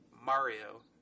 Mario